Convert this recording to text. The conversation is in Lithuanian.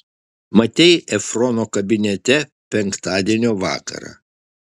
matei efrono kabinete penktadienio vakarą